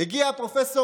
הגיעו פרופ'